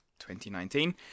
2019